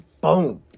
boom